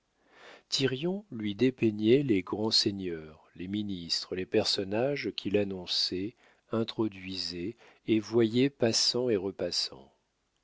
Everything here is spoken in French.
thirion lui dépeignait les grands seigneurs les ministres les personnages qu'il annonçait introduisait et voyait passant et repassant